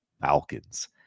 Falcons